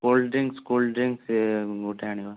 cold drinks cold drinks ସେ ଗୋଟେ ଆଣିବ